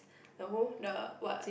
the who the what